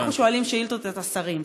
אנחנו שואלים שאילתות את השרים.